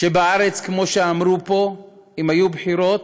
שבארץ, כמו שאמרו פה, אם היו בחירות,